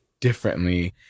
differently